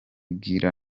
buri